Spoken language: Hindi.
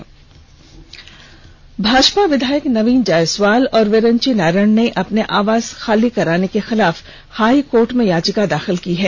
हाईकोर्ट भाजपा विधायक नवीन जायसवाल और विरंची नारायण ने अपने आवास खाली कराने के खिलाफ हाई कोर्ट में याचिका दाखिल की है